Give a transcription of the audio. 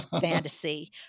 fantasy